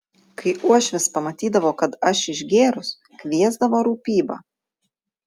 kai uošvis pamatydavo kad aš išgėrus kviesdavo rūpybą